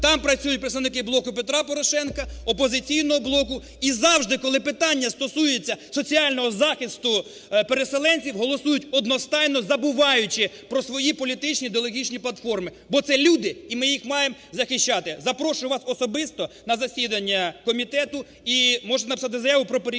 там працюють представники "Блоку Петра Порошенка", "Опозиційного блоку" і завжди, коли питання стосується соціального захисту переселенців, голосують одностайно, забуваючи про свої політичні, ідеологічні платформи. Бо це люди, і ми їх маємо захищати. Запрошую вас особисто на засідання комітету. І можна написати заяву про перехід